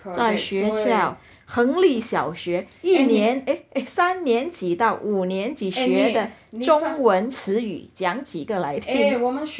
在学校恒力小学一年 eh eh 三年级到五年级学的中文词语讲几个来听